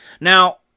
Now